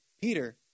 Peter